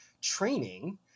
training